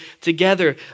together